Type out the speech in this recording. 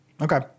Okay